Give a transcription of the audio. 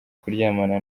kuryamana